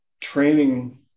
training